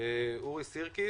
אורי סירקיס